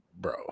bro